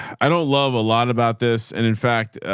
i don't love a lot about this. and in fact,